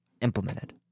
implemented